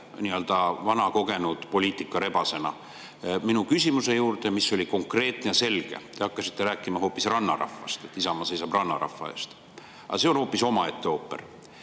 nii-öelda vana, kogenud poliitikarebasena, oma küsimuse juurde, mis oli konkreetne ja selge. Te hakkasite rääkima hoopis rannarahvast, sellest, et Isamaa seisab rannarahva eest. Aga see on hoopis omaette ooper.